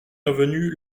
avenue